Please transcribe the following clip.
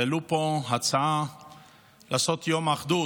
העלו פה הצעה לעשות יום אחדות.